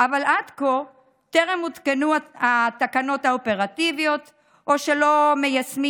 אבל עד כה טרם עודכנו התקנות האופרטיביות או שלא מיישמים